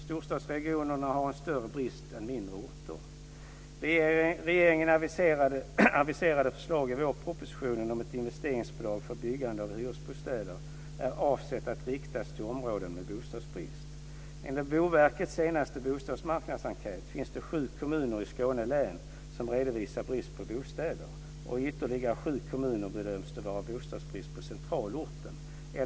Storstadsregionerna har en större brist än mindre orter. Regeringens aviserade förslag i vårpropositionen om ett investeringsbidrag för byggande av hyresbostäder är avsett att riktas till områden med bostadsbrist. Enligt Boverkets senaste bostadsmarknadsenkät finns det sju kommuner i Skåne län som redovisar brist på bostäder, och i ytterligare sju kommuner bedöms det vara bostadsbrist på centralorten.